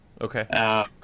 Okay